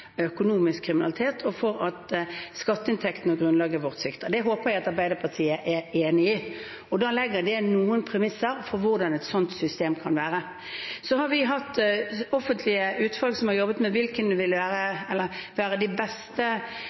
økonomisk kriminalitet, og for at skatteinntektsgrunnlaget vårt svikter. Det håper jeg Arbeiderpartiet er enig i. Da legger det noen premisser for hvordan et slikt system kan være. Så har vi hatt offentlige utvalg som har jobbet med hvilke som vil være de beste